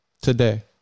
today